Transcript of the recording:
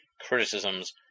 criticisms